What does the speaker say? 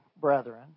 Brethren